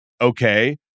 Okay